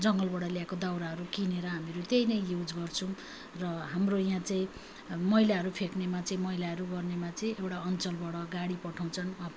जङ्गलबाट ल्याएको दाउराहरू किनेर हामीहरू त्यही नै युज गर्छौँ र हाम्रो यहाँ चाहिँ मैलाहरू फ्याँक्नेमा चाहिँ मैलाहरू गर्नेमा चाहिँ एउटा अन्चलबाट गाडी पठाउँछन्